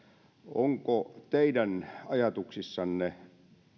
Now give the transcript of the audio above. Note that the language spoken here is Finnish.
onko teidän ajatuksissanne